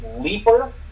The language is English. leaper